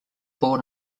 born